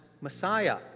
Messiah